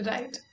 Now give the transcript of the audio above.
Right